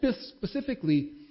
specifically